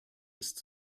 ist